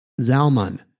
Zalman